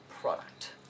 product